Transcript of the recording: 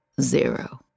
zero